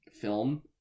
film